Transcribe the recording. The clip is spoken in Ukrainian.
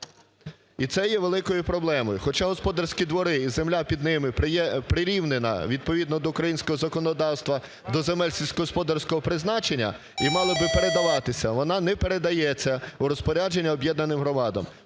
І це є великою проблемою. Хоча господарські двори і землі під ними прирівнена відповідно до українського законодавства до земель сільськогосподарського призначення і мали би передаватися, вона не передається в розпорядження об'єднаним громадам.